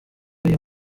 iyo